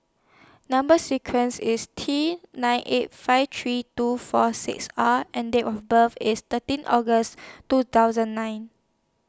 Number sequence IS T nine eight five three two four six R and Date of birth IS thirteen August two thousand nine